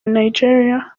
nigeria